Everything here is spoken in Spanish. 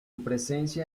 presencia